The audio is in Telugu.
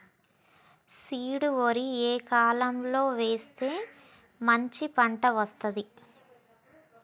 సీడ్ వరి ఏ కాలం లో వేస్తే మంచి పంట వస్తది?